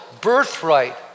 birthright